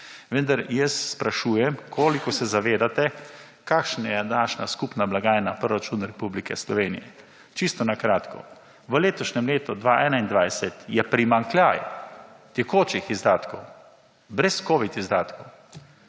vendar jaz sprašujem koliko se zavedate kakšna je naša skupna blagajna Proračun Republike Slovenije? Čisto na kratko. V letošnjem letu 2021 je primanjkljaj tekočih izdatkov brez covid izdatkov